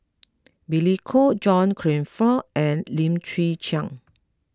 Billy Koh John Crawfurd and Lim Chwee Chian